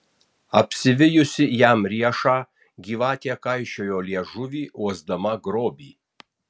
apsivijusi jam riešą gyvatė kaišiojo liežuvį uosdama grobį